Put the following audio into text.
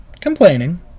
complaining